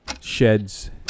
sheds